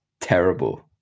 terrible